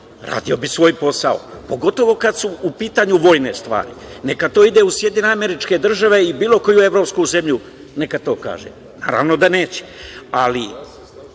radio bih svoj posao, pogotovo kada su u pitanju vojne stvari. Neka to ide u SAD i bilo koju evropsku zemlju, neka to kaže. Naravno da neće, ali